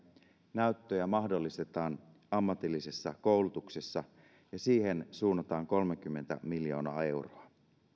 näyttöjä mahdollistetaan ammatillisessa koulutuksessa ja siihen suunnataan kolmekymmentä miljoonaa euroa